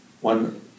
one